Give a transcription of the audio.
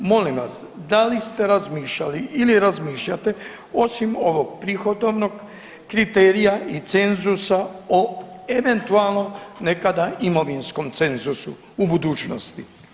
Molim vas, da li ste razmišljali ili razmišljate osim ovog prihodovnog kriterija i cenzusa o eventualno nekada imovinskom cenzusu, u budućnosti.